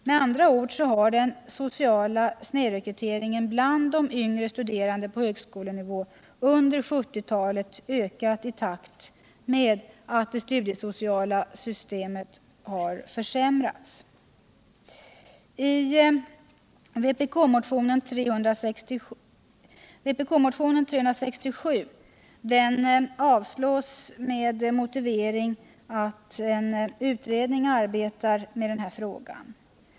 Med andra ord har den sociala snedrekryteringen bland yngre studerande på högskolenivå under 1970-talet ökat i takt med att det studiesociala systemet har försämrats. Vpk-motionen 367 avstyrks med motiveringen att en utredning arbetar med denna fråga.